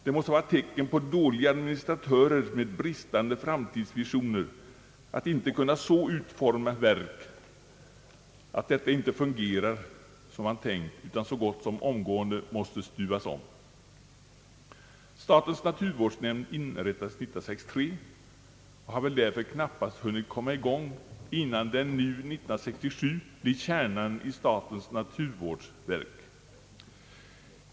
Det måste vara tecken på dåliga administratörer med bristande framtidsvisioner att inte kunna så utforma ett verk, att detta inte fungerar som man tänkt utan så gott som omgående måste stuvas om. Statens naturvårdsnämnd inrättades år 1963 och har väl därför knappast hunnit komma i gång innan den nu år 1967 blir kärnan i statens naturvårdsverk.